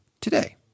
today